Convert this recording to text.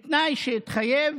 בתנאי שאתחייב